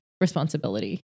responsibility